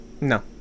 No